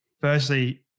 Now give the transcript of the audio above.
Firstly